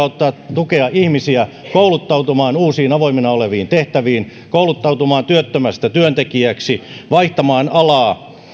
tukea ihmisiä kouluttautumaan uusiin avoimina oleviin tehtäviin kouluttautumaan työttömästä työntekijäksi vaihtamaan alaa